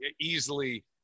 easily